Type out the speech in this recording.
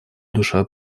душа